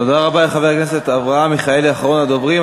תודה רבה לחבר הכנסת אברהם מיכאלי, אחרון הדוברים.